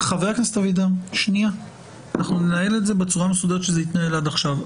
אנחנו ננהל את הדיון בצורה מסודרת כפי שהוא התנהל עד עכשיו.